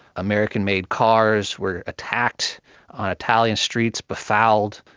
american-made cars were attacked on italian streets, befouled.